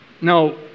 Now